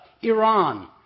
Iran